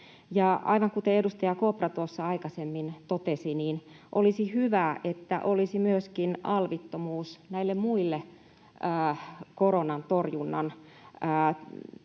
Aivan kuten edustaja Kopra tuossa aikaisemmin totesi, olisi hyvä, että olisi myöskin alvittomuus näille muille koronan torjunnan